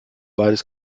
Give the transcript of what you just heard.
beides